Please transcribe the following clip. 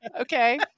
Okay